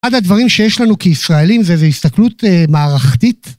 עד הדברים שיש לנו כישראלים זה זה הסתכלות מערכתית.